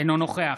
אינו נוכח